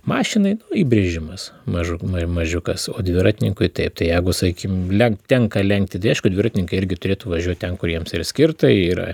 mašinai įbrėžimas mažum mažiukas o dviratininkui taip tai jeigu sakykim lenkt tenka lenkti tai aišku dviratininkai irgi turėtų važiuoti ten kur jiems yra skirta ir